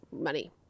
money